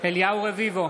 אליהו רביבו,